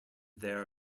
their